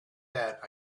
that